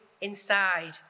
inside